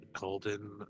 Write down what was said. golden